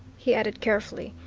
he added carefully,